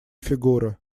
фигура